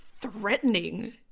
threatening